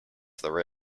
there